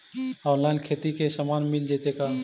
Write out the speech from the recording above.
Online खेती के सामान मिल जैतै का?